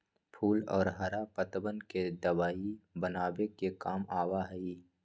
फूल और हरा पत्तवन के दवाई बनावे के काम आवा हई